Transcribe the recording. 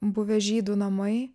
buvę žydų namai